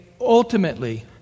Ultimately